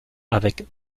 avec